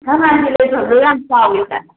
ꯁꯉꯥꯏꯒ ꯂꯩꯇꯕ꯭ꯔꯣ ꯌꯥꯝ ꯆꯥꯎꯋꯤꯅꯦ